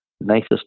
nicest